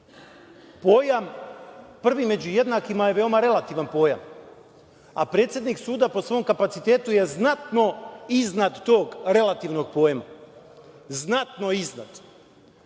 – prvi među jednakima je veoma relativan pojam, a predsednik suda po svom kapacitetu je znatno iznad tog relativnog pojma. Znatno iznad.